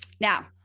Now